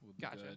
Gotcha